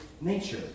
nature